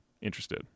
interested